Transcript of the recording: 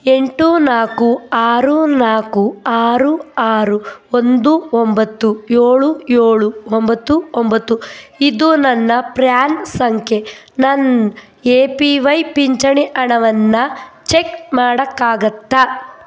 ಎಂಟು ನಾಲ್ಕು ಆರು ನಾಲ್ಕು ಆರು ಆರು ಒಂದು ಒಂಬತ್ತು ಏಳು ಏಳು ಒಂಬತ್ತು ಒಂಬತ್ತು ಇದು ನನ್ನ ಪ್ರ್ಯಾನ್ ಸಂಖ್ಯೆ ನನ್ನ ಎ ಪಿ ಪಿಂಚಣಿ ಹಣವನ್ನು ಚೆಕ್ ಮಾಡೋಕ್ಕಾಗುತ್ತಾ